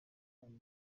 yabaye